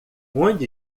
onde